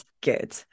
good